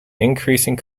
increasing